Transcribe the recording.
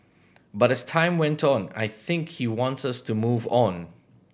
but as time went on I think he wants us to move on